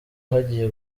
hagiye